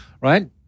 right